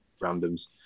randoms